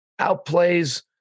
outplays